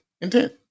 intent